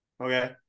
Okay